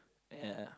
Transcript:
ya